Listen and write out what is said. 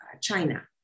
China